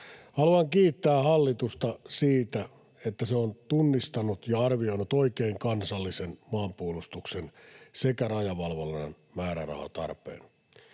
Haluan kiittää hallitusta siitä, että se on tunnistanut ja arvioinut oikein kansallisen maanpuolustuksen sekä rajavalvonnan määrärahatarpeen.